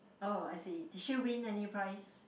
oh I see did she win any price